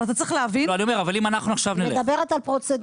אבל אתה צריך להבין --- היא מדברת על פרוצדורה,